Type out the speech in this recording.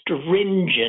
stringent